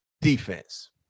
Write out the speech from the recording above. defense